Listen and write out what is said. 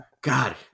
God